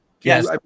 Yes